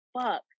fuck